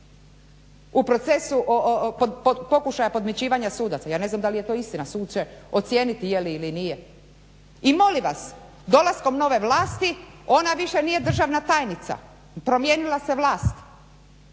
u procesu pokušaja podmićivanja sudaca. Ja ne znam da li je to istina, sud će ocijeniti jeli ili nije. I molim vas dolaskom nove vlasti ona više nije državna tajnica, promijenila se vlast.